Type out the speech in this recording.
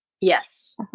Yes